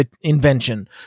invention